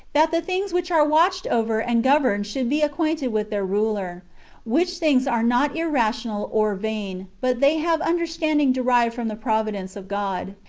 that the things which are watched over and governed should be acquainted with their ruler which things are not irrational or vain, but they have under standing derived from the providence of god.